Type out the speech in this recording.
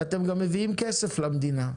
ואתם גם מביאים כסף למדינה,